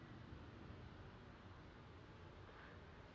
you told your mum ah how how do you tell your mum that you are drinking